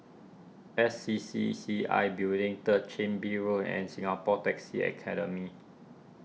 S C C C I Building Third Chin Bee Road and Singapore Taxi Academy